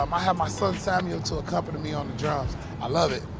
um i have my son sammy to accompany me on the jobs. i love it.